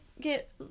get